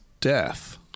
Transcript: death